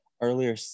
earlier